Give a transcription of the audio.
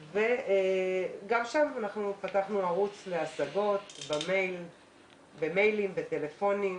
וגם שם אנחנו פתחנו ערוץ להשגות במיילים או בטלפונים.